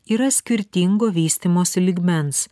yra skirtingo vystymosi lygmens